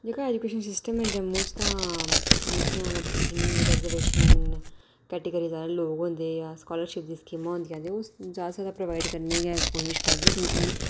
जेह्का education system ऐ जम्मू च तां जेह्कियां मत जिन्नियां रिजरवेशनां ना मतलब कैटागिरी आह्ले लोक होंदे ते स्कालरशिप दियां स्कीमां होंदियां ते जैदा शा जैदा प्रोवाइड करने दी कोशिश करदे क्योंकि